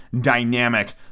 dynamic